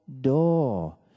door